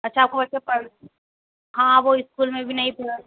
अच्छा आपका बच्चा पढ़ हाँ वो इस्कूल में भी नहीं